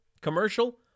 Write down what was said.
commercial